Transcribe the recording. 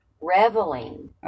reveling